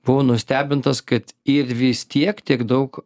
buvau nustebintas kad ir vis tiek tiek daug